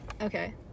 Okay